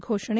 ಘೋಷಣೆ